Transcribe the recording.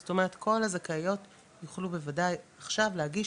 זאת אומרת כל הזכאיות יוכלו בוודאי עכשיו להגיש